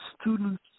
Students